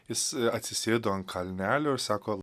jis atsisėdo ant kalnelio ir sako